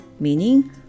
meaning